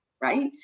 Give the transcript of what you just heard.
right